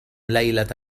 ليلة